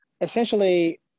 Essentially